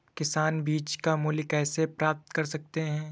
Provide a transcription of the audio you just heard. किसान बीज का मूल्य कैसे पता कर सकते हैं?